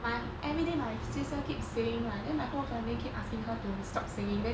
my everyday my sister keeps singing right then my whole family keep asking her to stop singing then